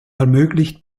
ermöglicht